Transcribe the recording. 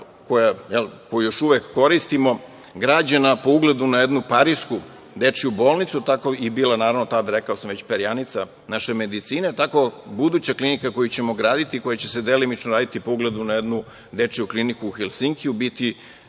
koju još uvek koristimo, građena po ugledu na jednu parisku Dečiju bolnicu, bila je naravno tad, rekao sam, perjanica naše medicine, tako i buduća klinika koju ćemo graditi, koja će se delimično raditi po ugledu na jednu Dečiju kliniku u Helsinkiju, biti